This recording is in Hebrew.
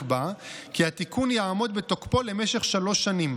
נקבע כי התיקון יעמוד בתוקפו למשך שלוש שנים,